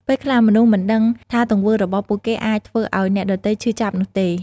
ពេលខ្លះ មនុស្សមិនដឹងថាទង្វើរបស់ពួកគេអាចធ្វើឱ្យអ្នកដទៃឈឺចាប់នោះទេ។